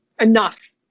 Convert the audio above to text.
enough